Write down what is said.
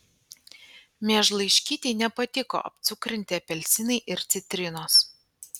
miežlaiškytei nepatiko apcukrinti apelsinai ir citrinos